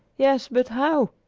yes, but how?